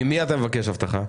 ממי אתה מבקש אבטחה?